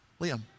Liam